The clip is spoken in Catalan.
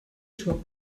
sóc